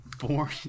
born